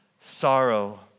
sorrow